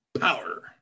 Power